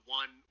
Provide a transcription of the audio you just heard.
one